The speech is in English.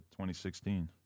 2016